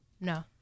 No